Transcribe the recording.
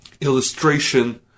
illustration